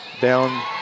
down